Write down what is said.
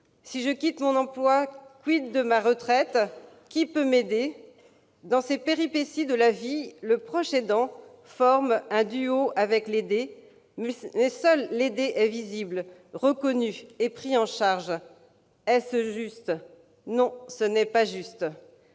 Si je quitte mon emploi, de ma retraite ? Qui peut m'aider ? Dans ces péripéties de la vie, le proche aidant forme un duo avec l'aidé, mais seul ce dernier est visible, reconnu et pris en charge. Est-ce juste ? Non. Aussi, en